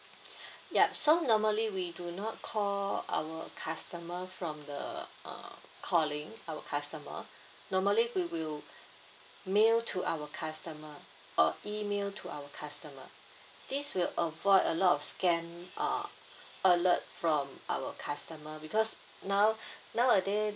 yup so normally we do not call our customer from the uh calling our customer normally we will mail to our customer uh email to our customer this will avoid a lot of scam err alert from our customer because now nowaday